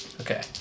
Okay